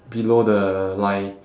below the line